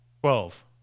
Twelve